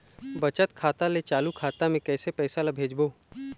बचत खाता ले चालू खाता मे कैसे पैसा ला भेजबो?